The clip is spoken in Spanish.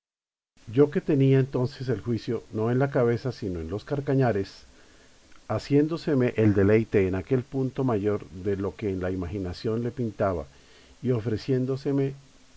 yo que tenía entonces el juicio no en la cabeza sino en los carcañares haciéndoseme el deleite en aquel punto mayor de lo que en la imaginación le pintaba y ofreciéndoseme tan